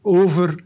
over